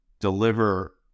deliver